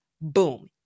Boom